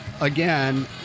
again